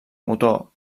motor